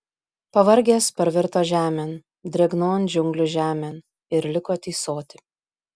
pavargęs parvirto žemėn drėgnon džiunglių žemėn ir liko tysoti